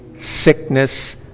sickness